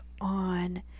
on